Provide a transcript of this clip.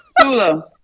Tula